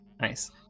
nice